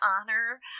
honor